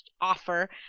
offer